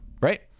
right